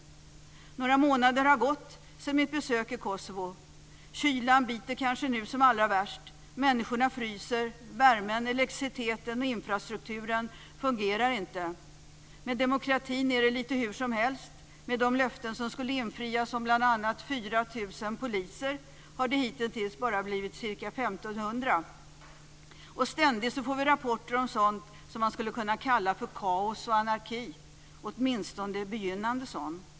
Några månader har gått sedan mitt besök i Kosovo. Kylan biter kanske nu som allra värst. Människorna fryser. Värmen, elektriciteten och infrastrukturen fungerar inte. Med demokratin är det lite hur som helst. Med de löften som skulle infrias om bl.a. 4 000 poliser har det hitintills bara blivit ca 1 500. Ständigt får vi rapporter om sådant som man skulle kunna kalla för kaos och anarki, åtminstone begynnande sådan.